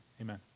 amen